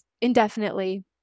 indefinitely